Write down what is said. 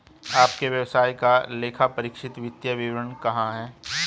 आपके व्यवसाय का लेखापरीक्षित वित्तीय विवरण कहाँ है?